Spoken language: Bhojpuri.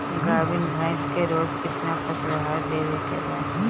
गाभीन भैंस के रोज कितना पशु आहार देवे के बा?